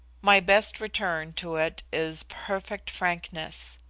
my best return to it is perfect frankness.